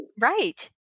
right